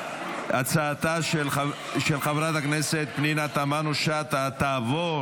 הצעתה של חברת הכנסת פנינה תמנו שטה תעבור